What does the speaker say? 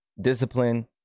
discipline